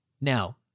now